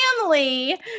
family